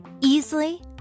easily